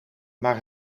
maar